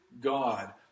God